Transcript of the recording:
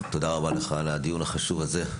תודה רבה לך על הדיון החשוב הזה,